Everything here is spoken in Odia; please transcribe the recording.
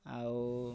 ଆଉ